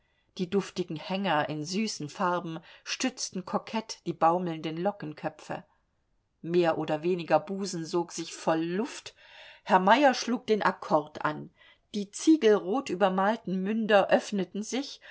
die duftigen hänger in süßen farben stützten kokett die baumelnden lockenköpfe mehr oder weniger busen sog sich voll luft herr meyer schlug den akkord an die ziegelrot übermalten münder öffneten sich